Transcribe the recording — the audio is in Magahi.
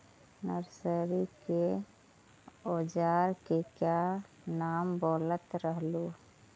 नरसरी के ओजार के क्या नाम बोलत रहलू?